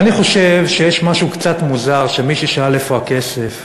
ואני חושב שיש משהו קצת מוזר בכך שמי ששאל "איפה הכסף?"